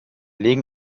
legen